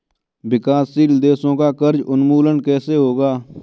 विकासशील देशों का कर्ज उन्मूलन कैसे होगा?